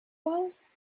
was